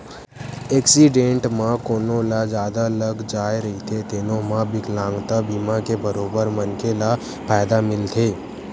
accident म कोनो ल जादा लाग जाए रहिथे तेनो म बिकलांगता बीमा के बरोबर मनखे ल फायदा मिलथे